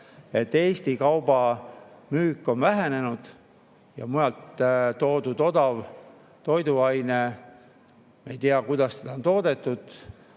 et Eesti kauba müük on vähenenud ja mujalt toodud odava toiduaine – me ei tea, kuidas seda on toodetud